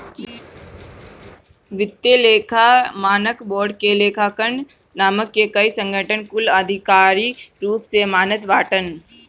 वित्तीय लेखा मानक बोर्ड के लेखांकन मानक के कई संगठन कुल आधिकारिक रूप से मानत बाटन